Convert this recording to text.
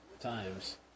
times